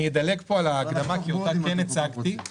אני אדלג על ההקדמה כי אותה כן הצגתי.